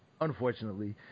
Unfortunately